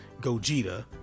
Gogeta